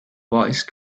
voice